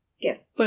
yes